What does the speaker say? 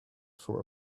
for